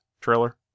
trailer